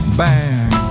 bang